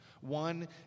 One